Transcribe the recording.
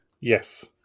yes